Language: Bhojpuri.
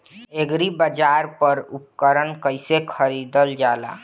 एग्रीबाजार पर उपकरण कइसे खरीदल जाला?